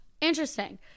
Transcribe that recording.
Interesting